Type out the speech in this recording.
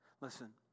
Listen